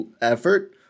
effort